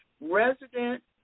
Resident